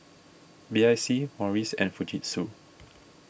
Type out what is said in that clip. B I C Morries and Fujitsu